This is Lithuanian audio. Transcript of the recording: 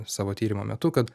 savo tyrimo metu kad